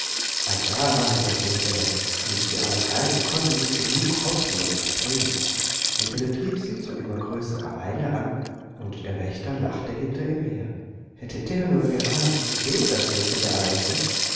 da rannte das michele und die armen geißen konnten nicht genug hopsen und springen michele trieb sie zu immer größerer eile an und der wächter lachte hinter ihm her hätte der nur geahnt zu wem das michele eilte